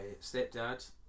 stepdad